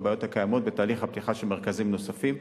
הבעיות בתהליך הפתיחה של מרכזים נוספים.